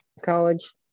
college